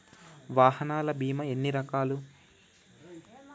వాహనాల బీమా ఎన్ని రకాలు?